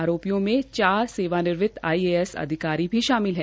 आरोपियों में चार सेवानिवृत आड्रएएस अधिकारी भी शामिल है